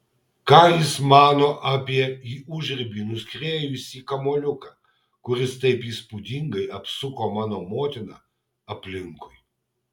ką jis mano apie į užribį nuskriejusi kamuoliuką kuris taip įspūdingai apsuko mano motiną aplinkui